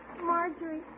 Marjorie